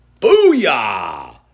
Booyah